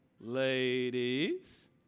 Ladies